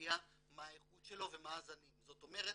אני הייתי ממונה על התביעה הצבאית בעזה ואיו"ש,